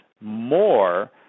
more